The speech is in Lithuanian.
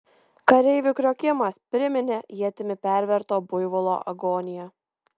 kareivių kriokimas priminė ietimi perverto buivolo agoniją